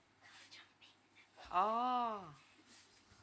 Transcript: oh